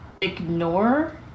ignore